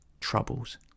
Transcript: troubles